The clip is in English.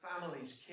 families